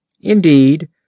Indeed